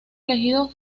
elegido